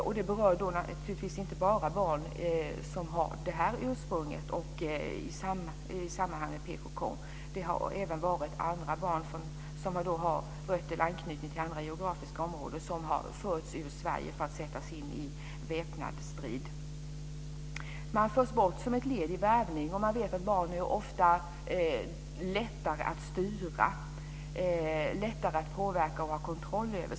Detta berör naturligtvis inte bara barn med det ursprunget, i sammanhanget PKK, det har även varit fråga om barn med rötter i andra geografiska områden som har förts ut ur Sverige för att sättas in i väpnad strid. Barnen förs bort som ett led i värvningen. Vi vet att barn ofta är lättare att styra, lättare att påverka och ha kontroll över.